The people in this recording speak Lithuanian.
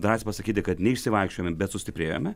drąsiai pasakyti kad neišsivaikščiojome bet sustiprėjome